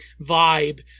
vibe